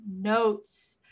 notes